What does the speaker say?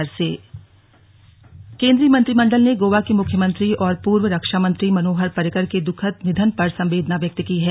slug Parrikar निधन केन्द्रीय मंत्रिमंडल ने गोवा के मुख्यमंत्री और पूर्व रक्षा मंत्री मनोहर पर्रिकर के दुखद निधन पर संवेदना व्यक्त की है